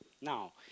Now